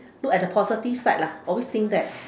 look at the positive side lah always think that